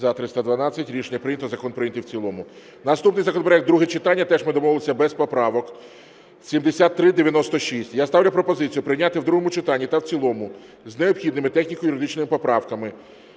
За-312 Рішення прийнято. Закон прийнятий в цілому. Наступний законопроект (друге читання), теж ми домовилися без поправок, 7396. І я ставлю пропозицію прийняти в другому читанні та в цілому з необхідними техніко-юридичними поправками.